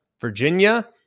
Virginia